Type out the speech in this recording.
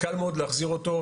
קל מאוד להחזיר אותו,